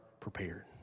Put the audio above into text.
prepared